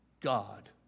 God